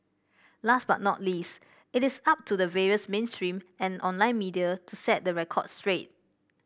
last but not least it is up to the various mainstream and online media to set the record straight